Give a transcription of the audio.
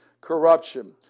corruption